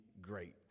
great